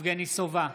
יבגני סובה,